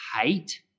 hate